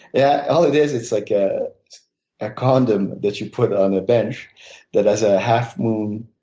yeah. all it is, it's like ah a condom that you put on a bench that has a half moon